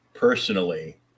personally